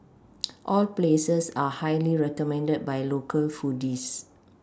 all places are highly recommended by local foodies